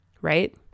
right